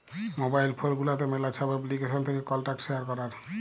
mobile phone গুলাতে ম্যালা ছব এপ্লিকেশল থ্যাকে কল্টাক্ট শেয়ার ক্যরার